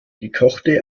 gekochte